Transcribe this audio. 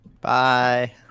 Bye